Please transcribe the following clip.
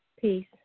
Peace